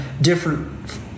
different